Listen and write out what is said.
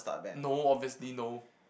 no obviously no